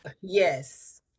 Yes